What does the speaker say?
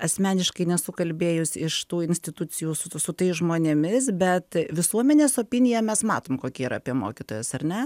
asmeniškai nesu kalbėjus iš tų institucijų su tais žmonėmis bet visuomenės opiniją mes matom kokia yra apie mokytojus ar ne